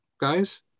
guys